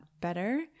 better